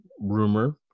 rumor